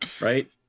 right